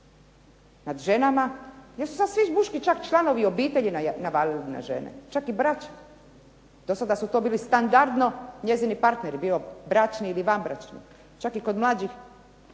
nad ženama, jer su svi članovi muški, obitelji navalili na žene, čak i braća. Do sada su to bili standardno njezini partneri, bilo bračni ili vanbračni, čak i kod mlađih